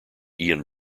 ian